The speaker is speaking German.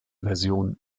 version